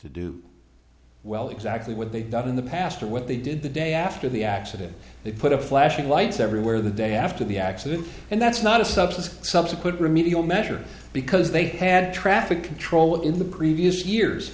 do well exactly what they've done in the past or what they did the day after the accident they put a flashing lights everywhere the day after the accident and that's not a substance subsequent remedial measure because they had traffic control in the previous years